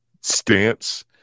stance